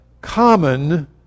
common